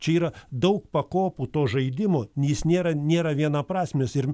čia yra daug pakopų to žaidimo jis nėra nėra vienaprasmis ir